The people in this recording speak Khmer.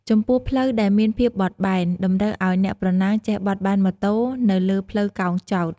ចំណែកផ្លូវដែលមានភាពបត់បែន តម្រូវឲ្យអ្នកប្រណាំងចេះបត់បែនម៉ូតូនៅលើផ្លូវកោងចោត។